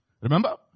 Remember